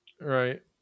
Right